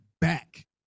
back